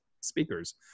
speakers